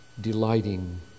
delighting